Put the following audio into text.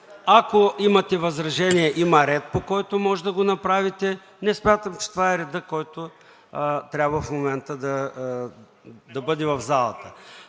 ако имате възражения, има ред, по който може да го направите. Не смятам, че това е редът, който трябва в момента да бъде в залата.